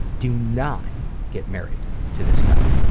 do not get married to this guy.